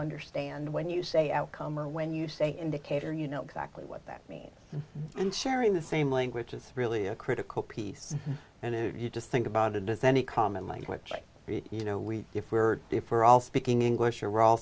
understand when you say outcome or when you say indicator you know exactly what that means and sharing the same language is really a critical piece and if you just think about it is any common language you know we if we were to for all speaking english are all